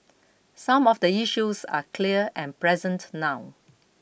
some of the issues are clear and present now